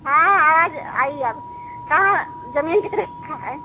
हाँ आवाज आई अब कहाँ जमीन कितने का है